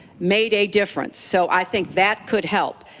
made a difference. so i think that could help.